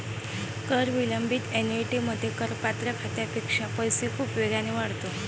कर विलंबित ऍन्युइटीमध्ये, करपात्र खात्यापेक्षा पैसा खूप वेगाने वाढतो